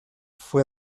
fue